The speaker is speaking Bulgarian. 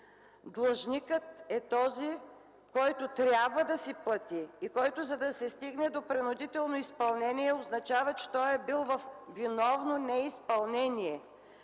Длъжникът е този, който трябва да си плати и който, за да се стигне до принудително изпълнение означава, че той е бил във виновно неизпълнение.